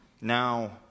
Now